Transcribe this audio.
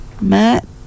matt